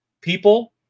People